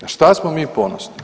Na šta smo mi ponosni?